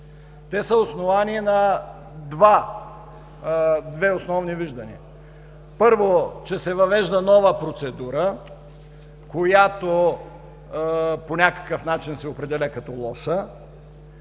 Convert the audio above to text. Те са основани на две основни виждания. Първо, че се въвежда нова процедура, която по някакъв начин се определя като лоша,